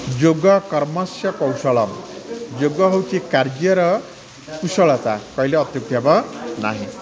ଯୋଗ କର୍ମସ୍ୟ କୌଶଳମ୍ ଯୋଗ ହେଉଛି କାର୍ଯ୍ୟର କୁଶଳତା କହିଲେ ଅତ୍ୟୁକ୍ତି ହେବ ନାହିଁ